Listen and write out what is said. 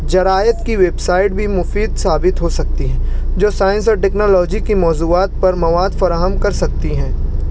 جرائد کی website بھی مفید ثابت ہو سکتی ہیں جو سائنس اور ٹیکنالوجی کے موضوعات پر مواد فراہم کر سکتی ہیں